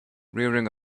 rearing